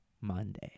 Monday